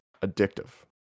addictive